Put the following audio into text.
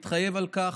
מתחייב על כך,